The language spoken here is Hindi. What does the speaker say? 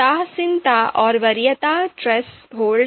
उदासीनता और वरीयता थ्रेसहोल्ड